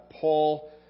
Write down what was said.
Paul